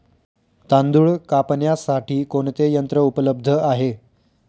तांदूळ कापण्यासाठी कोणते यंत्र उपलब्ध आहे?